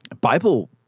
Bible